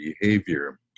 behavior